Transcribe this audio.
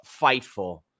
fightful